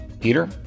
Peter